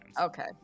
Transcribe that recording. Okay